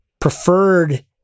preferred